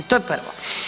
To je prvo.